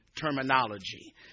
terminology